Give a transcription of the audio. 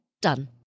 Done